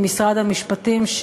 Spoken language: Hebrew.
עם משרד המשפטים,